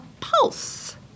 pulse